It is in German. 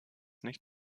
nicht